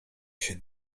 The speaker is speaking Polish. się